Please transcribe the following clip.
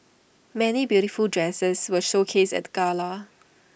many beautiful dresses were showcased at the gala